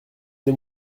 des